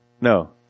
No